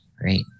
Great